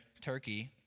Turkey